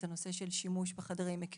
בנושא של פריסה כבר דובר ואני חושבת שבסך